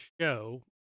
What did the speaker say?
show